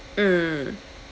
mm